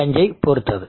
5ஐ பொறுத்தது